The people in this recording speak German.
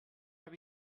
habe